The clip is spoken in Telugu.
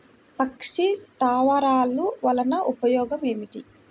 పక్షి స్థావరాలు వలన ఉపయోగం ఏమిటి?